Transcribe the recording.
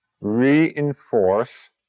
reinforce